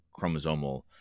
chromosomal